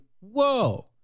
Whoa